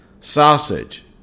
sausage